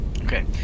Okay